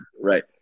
Right